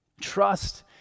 Trust